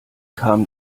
kam